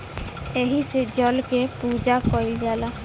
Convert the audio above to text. एही से जल के पूजा कईल जाला